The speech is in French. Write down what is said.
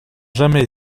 jamais